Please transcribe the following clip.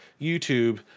YouTube